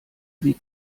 wie